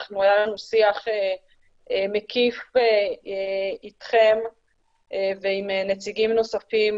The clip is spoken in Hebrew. היה לנו שיח מקיף איתכם ועם נציגים נוספים